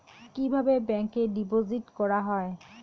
কিভাবে ব্যাংকে ডিপোজিট করা হয়?